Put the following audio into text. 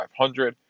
500